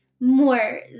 more